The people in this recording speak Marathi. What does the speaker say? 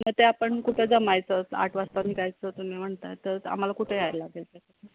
मग ते आपण कुठे जमायचं आठ वाजता निघायचं तुम्ही म्हणता तर आम्हाला कुठे यायला लागेल तर